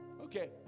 Okay